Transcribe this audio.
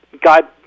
God